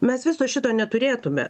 mes viso šito neturėtume